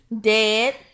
Dead